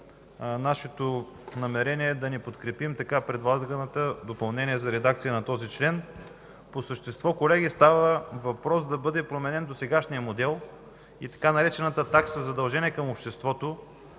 нашето намерение да неподкрепим така предложеното допълнение за редакция на този член. По същество, колеги, става въпрос да бъде променен досегашният модел и така наречената „такса задължение” към обществото